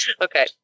Okay